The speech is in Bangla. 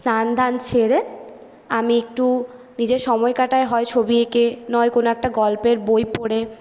স্নান দান সেরে আমি একটু নিজের সময় কাটাই হয় ছবি এঁকে নয় কোনো একটা গল্পের বই পড়ে